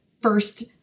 first